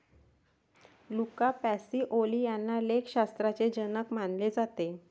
Luca Pacioli यांना लेखाशास्त्राचे जनक मानले जाते